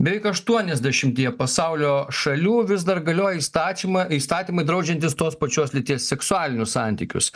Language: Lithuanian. beveik aštuoniasdešimtyje pasaulio šalių vis dar galioja įstatymą įstatymai draudžiantys tos pačios lyties seksualinius santykius